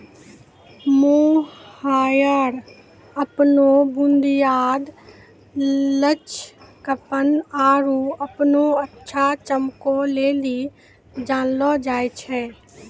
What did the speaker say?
mohair अपनो बुनियाद, लचकपन आरु अपनो अच्छा चमको लेली जानलो जाय छै